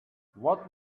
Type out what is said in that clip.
what